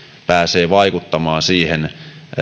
pääsee vaikuttamaan siihen